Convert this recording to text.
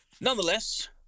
Nonetheless